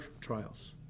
trials